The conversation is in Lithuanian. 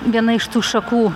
viena iš tų šakų